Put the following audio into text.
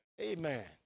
Amen